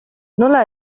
nola